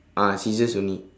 ah scissors only